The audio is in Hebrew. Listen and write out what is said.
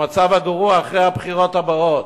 במצב הגרוע, אחרי הבחירות הבאות.